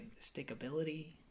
stickability